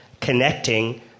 connecting